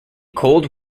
cold